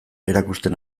erakusten